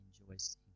enjoys